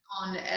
On